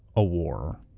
a war